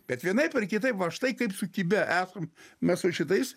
bet vienaip ar kitaip va štai kaip sukibę esam mes su šitais